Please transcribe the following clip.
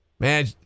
Man